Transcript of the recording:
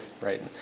right